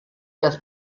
das